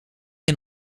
een